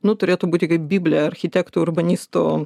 nu turėtų būti kaip biblija architekto urbanisto